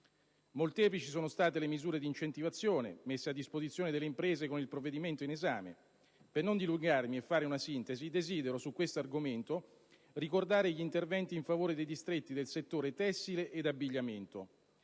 Molteplici sono state le misure di incentivazione messe a disposizione delle imprese con il provvedimento in esame. Per non dilungarmi e fare una sintesi, desidero, su questo argomento, ricordare gli interventi in favore dei distretti del settore tessile ed abbigliamento,